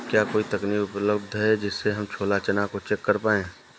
क्या कोई तकनीक उपलब्ध है जिससे हम छोला चना को चेक कर पाए?